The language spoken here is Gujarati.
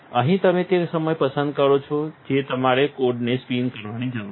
અહીં તમે તે સમય પસંદ કરી શકો છો જે તમારે કોડને સ્પિન કરવાની જરૂર છે